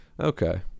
Okay